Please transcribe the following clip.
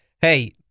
hey